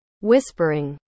Whispering